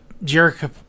Jericho